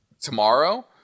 tomorrow